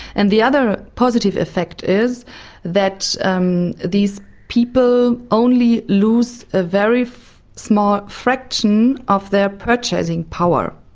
and the other positive effect is that um these people only lose a very small fraction of their purchasing power,